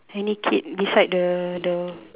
any kid beside the the